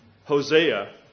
Hosea